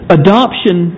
adoption